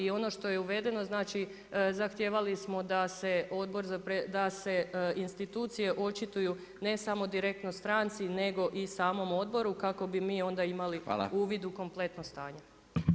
I ono što je uvedeno, znači zahtijevali smo da se institucije očituju ne samo direktno stranci nego i samom odboru kako bi mi onda imali uvid u kompletno stanje.